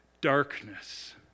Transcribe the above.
darkness